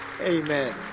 Amen